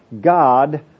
God